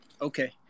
Okay